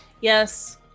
yes